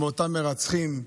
מאותם מרצחים.